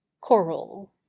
Coral